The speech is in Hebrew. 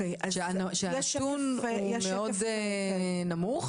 הנתון הוא מאוד נמוך,